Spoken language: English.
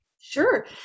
Sure